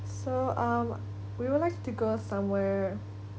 so um we would like to go somewhere